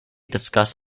discuss